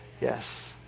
Yes